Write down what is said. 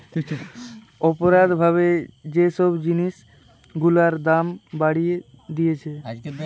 অপরাধ ভাবে যে সব জিনিস গুলার দাম বাড়িয়ে দিতেছে